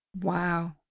Wow